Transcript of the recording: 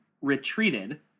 retreated